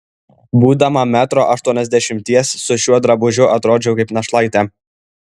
būdama metro aštuoniasdešimties su šiuo drabužiu atrodžiau kaip našlaitė